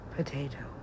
Potato